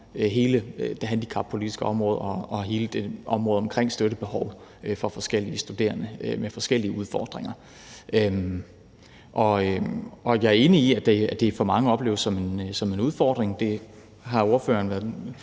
hele det handicappolitiske område og hele det område omkring støttebehov for forskellige studerende med forskellige udfordringer. Jeg er enig i, at det for mange opleves som en udfordring. Det har ordføreren været